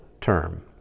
term